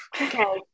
Okay